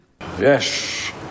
Yes